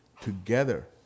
together